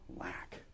lack